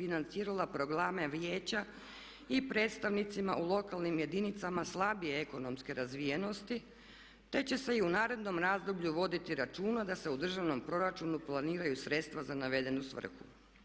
financirala programe vijeća i predstavnicima u lokalnim jedinicama slabije ekonomske razvijenosti, te će se i u narednom razdoblju voditi računa da se u državnom proračunu planiraju sredstva za navedenu svrhu.